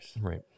Right